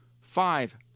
five